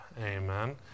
Amen